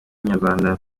n’inyarwanda